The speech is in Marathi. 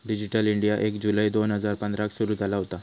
डीजीटल इंडीया एक जुलै दोन हजार पंधराक सुरू झाला होता